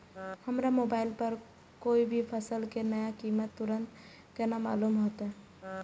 हमरा मोबाइल पर कोई भी फसल के नया कीमत तुरंत केना मालूम होते?